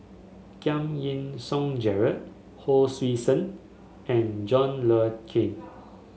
Giam Yean Song Gerald Hon Sui Sen and John Le Cain